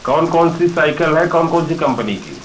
कौन कौन सी साइकल है कौन कौन सी कम्पनी की